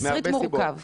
התסריט מורכב, כן.